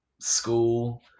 school